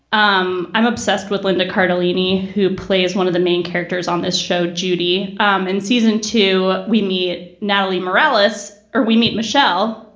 um i'm obsessed with linda cardellini, who plays one of the main characters on this show, judy. um in season two, we meet natalie morales or we meet michelle,